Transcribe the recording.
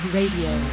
Radio